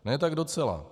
Ne tak docela.